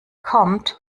kommt